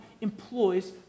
employs